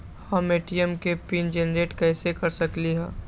हम ए.टी.एम के PIN generate कईसे कर सकली ह?